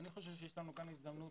אני חושב שיש לנו כאן הזדמנות,